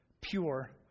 pure